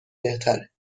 بهتره